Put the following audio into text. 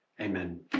Amen